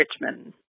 Richmond